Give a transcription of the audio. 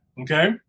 okay